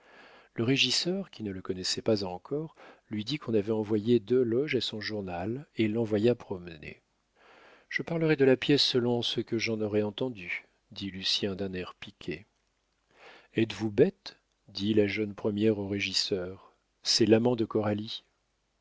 le régisseur qui ne le connaissait pas encore lui dit qu'on avait envoyé deux loges à son journal et l'envoya promener je parlerai de la pièce selon ce que j'en aurai entendu dit lucien d'un air piqué êtes-vous bête dit la jeune première au régisseur c'est l'amant de